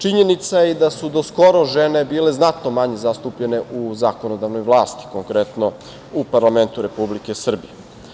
Činjenica je i da su do skoro žene bile znatno manje zastupljene u zakonodavnoj vlasti, konkretno u parlamentu Republike Srbije.